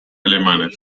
alemanes